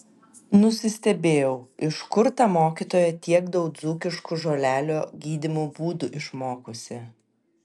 nusistebėjau iš kur ta mokytoja tiek daug dzūkiškų žolelių gydymo būdų išmokusi